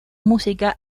música